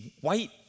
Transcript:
white